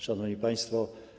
Szanowni Państwo!